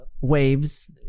waves